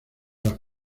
las